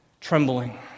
trembling